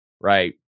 right